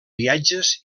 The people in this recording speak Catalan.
viatges